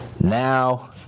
now